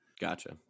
Gotcha